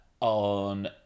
on